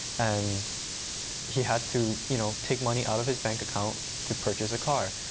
and he had to you know take money out of his bank account to purchase a car.